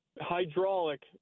hydraulic